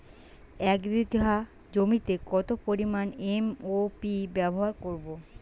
এক বিঘা জমিতে কত পরিমান এম.ও.পি ব্যবহার করব?